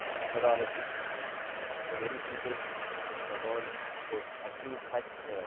methodology only very few people in the world could achieve such